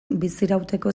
bizirauteko